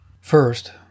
First